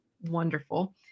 wonderful